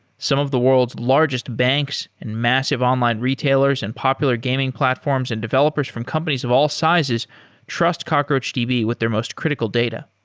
some of the world's largest banks and massive online retailers and popular gaming platforms and developers from companies of all sizes trust cockroachdb with their most critical data.